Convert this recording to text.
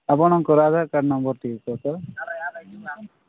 ଆପଣଙ୍କର Aadhaar card number ଟିକିଏ କୁହ ତ